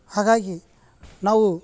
ಹಾಗಾಗಿ ನಾವು